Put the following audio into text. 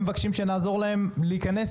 והם מבקשים שנעזור להם להיכנס,